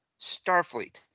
Starfleet